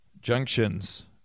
Junctions